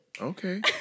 Okay